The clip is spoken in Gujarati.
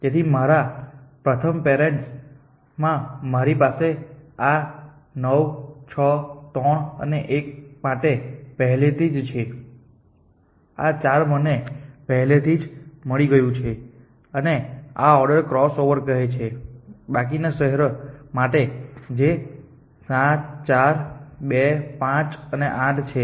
તેથી મારા પ્રથમ પેરેન્ટ્સ માં મારી પાસે આ 9 6 3 અને 1 માટે પહેલેથી જ છે આ 4 મને પહેલેથી જ મળી ગયું છે અને આ ઓર્ડર ક્રોસઓવર કહે છે કે બાકીના શહેરો માટે જે 7 4 2 5 અને 8 છે